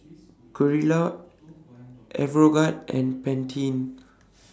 Gilera Aeroguard and Pantene